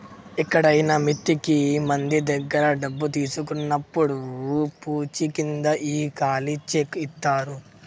ఎక్కడైనా మిత్తికి మంది దగ్గర డబ్బు తీసుకున్నప్పుడు పూచీకింద ఈ ఖాళీ చెక్ ఇత్తారు